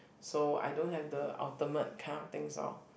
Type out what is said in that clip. so I don't have the ultimate kind of things orh